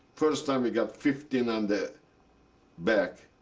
first time, we got fifteen on the back.